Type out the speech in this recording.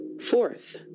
Fourth